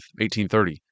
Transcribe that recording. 1830